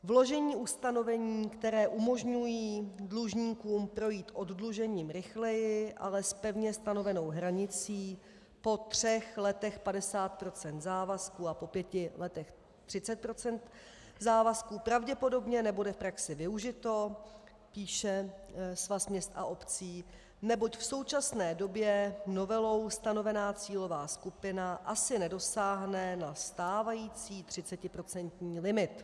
Vložení ustanovení, která umožňují dlužníku projít oddlužením rychleji a s pevně stanovenou hranicí po třech letech 50 procent závazků a po pěti letech 30 procent závazků, pravděpodobně nebude v praxi využito, píše Svaz měst a obcí, neboť v současné době novelou stanovená cílová skupina asi nedosáhne na stávající 30procentní limit.